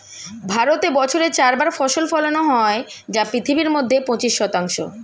ভারতে বছরে চার বার ফসল ফলানো হয় যা পৃথিবীর মধ্যে পঁচিশ শতাংশ